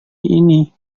ini